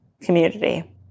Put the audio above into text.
community